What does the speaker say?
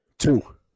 two